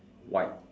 white